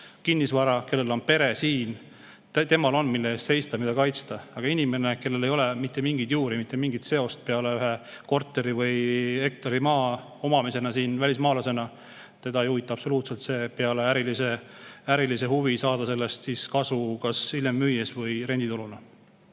kinnisvara, kellel on pere siin. Temal on, mille eest seista ja mida kaitsta. Aga inimest, kellel ei ole mitte mingeid juuri, mitte mingit seost peale ühe korteri või hektari maa omamise siin välismaalasena, ei huvita see absoluutselt, peale ärilise huvi saada [kinnisvarast] kasu kas hiljem müües või rendituluna.